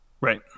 Right